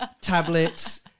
tablets